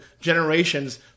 generations